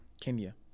Kenya